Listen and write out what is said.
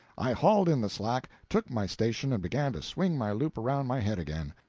i hauled in the slack, took my station and began to swing my loop around my head again.